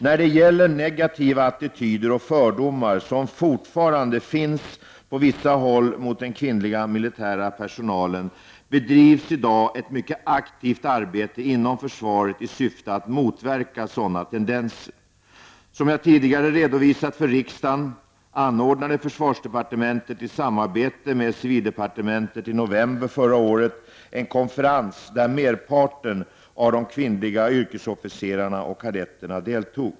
När det gäller negativa attityder och fördomar som fortfarande finns på vissa håll mot den kvinnliga militära personalen, bedrivs i dag ett mycket aktivt arbete inom försvaret i syfte att motverka sådana tendenser. Som jag tidigare redovisat för riksdagen anordnade försvarsdepartementet i samarbete med civildepartementet i november förra året en konferens där merparten av de kvinnliga yrkesofficerarna och kadetterna deltog.